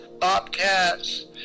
bobcats